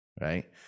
right